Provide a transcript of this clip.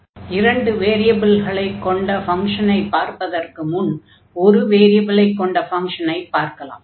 முதலில் இரண்டு வேரியபில்களை கொண்ட ஃபங்ஷனைப் பார்ப்பதற்கு முன் ஒரு வேரியபிலைக் கொண்ட ஃபங்ஷனைப் பார்க்கலாம்